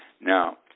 Now